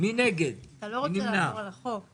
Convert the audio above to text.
אמרתי שההלכה גוברת על החוק.